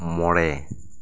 ᱢᱚᱬᱮ